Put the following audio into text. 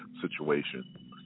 situation